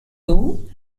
two